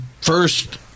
First